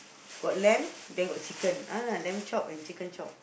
got lamb then got chicken ah lamb chop and chicken chop